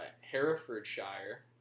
Herefordshire